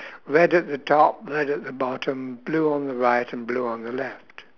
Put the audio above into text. red at the top red at the bottom blue on the right and blue on the left